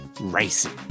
racing